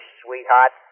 sweetheart